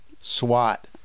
SWAT